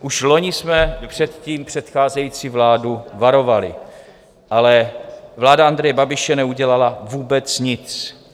Už loni jsme před tím předcházející vládu varovali, ale vláda Andreje Babiše neudělala vůbec nic.